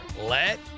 let